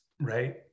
right